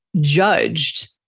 judged